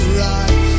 right